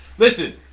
Listen